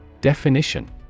Definition